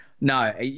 No